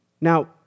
Now